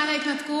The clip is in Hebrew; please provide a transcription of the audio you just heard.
ההתנתקות?